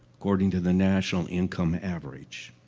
according to the national income average,